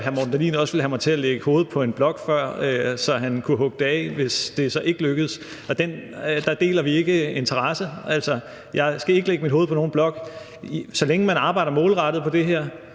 hr. Morten Dahlin også ville have mig til at lægge hovedet på en blok før, så han kunne hugge det af, hvis det så ikke lykkedes. Og der deler vi ikke interesse. Jeg skal ikke lægge mit hoved på nogen blok. Så længe man arbejder målrettet på det her,